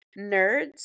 Nerds